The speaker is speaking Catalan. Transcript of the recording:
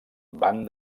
van